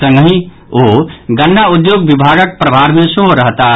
संगहि ओ गन्ना उद्योग विभागक प्रभार मे सेहो रहताह